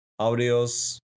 audios